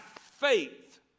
faith